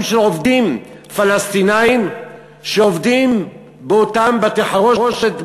של עובדים פלסטינים שעובדים באותם בתי-חרושת,